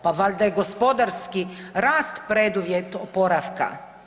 Pa valjda je gospodarski rast preduvjet oporavka.